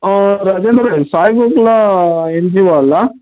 ಆಂ Sai Gokula N G O ಅಲ್ವಾ